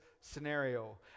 scenario